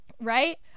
Right